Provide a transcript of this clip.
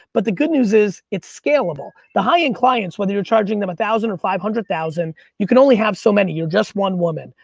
but the good news is, it's scalable. the high-end clients, whether you're charging them one thousand or five hundred thousand, you can only have so many, you just one woman.